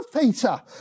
Peter